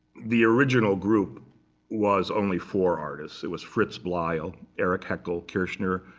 the original group was only four artists. it was fritz bleyl, eric heckel, kirchner,